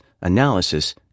analysis